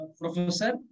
Professor